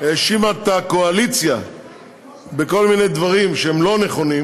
האשימה את הקואליציה בכל מיני דברים שהם לא נכונים,